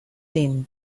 den